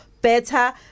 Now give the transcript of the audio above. better